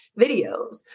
videos